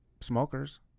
smokers